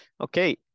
Okay